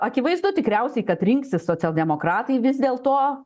akivaizdu tikriausiai kad rinksis socialdemokratai vis dėl to